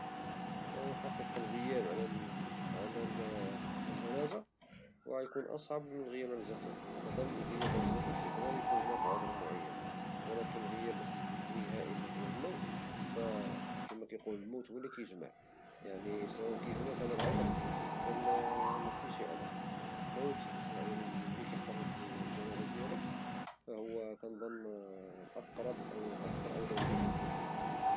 كيبالي الشعور الأسوء كيكون مرتبط بالفقد لي هو الجنازة فالانسان لي محضرش العرس أو الزفاف راه كاين مية عذر أنه ميحضرش ولكن بالنسبة للجنازة فالموت هو لي كيجمع كلشي ، فاذا مكانش الحضور في الجنازة فهذا كيعني واحد الإحساس سيء وكيكون عندو كذلك واحد نتائج سلبية.